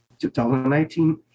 2019